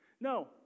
No